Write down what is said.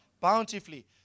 bountifully